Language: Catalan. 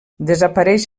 desapareix